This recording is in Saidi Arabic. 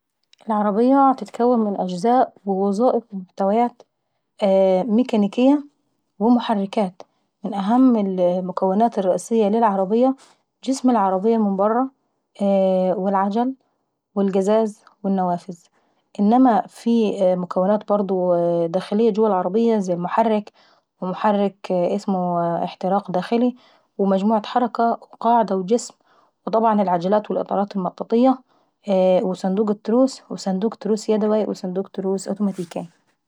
العربية بتحتوي على أجزاء ووظائف ومحتويت ميكانيكية ومحركات. من اهم المكونات الرئيسية للعربية جسم العربية من برة زي العجل والقزاز والنوافذ. انما في مكونات برضه داخلية جوة العربية زي المحرك: ومحرك اسمه احتراق داخلي، ومجموعة حركة وقاعدة جسم، وطبعا العجلات والاطارات المطاطية، وصندوق التروس، وصندوق تروس يدواي، وصندوق تروس اوتوماتيكاي.